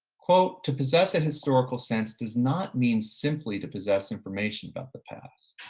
to possess a historical sense does not mean simply to possess information about the past.